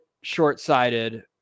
short-sighted